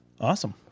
Awesome